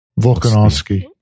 Volkanovsky